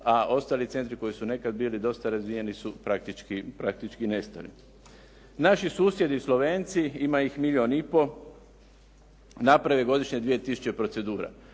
a ostali centri koji su nekada bili dosta razvijeni su praktički nestali. Naši susjedi Slovenci, ima i milijun i pol, naprave godišnje 2 tisuće procedura.